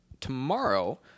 tomorrow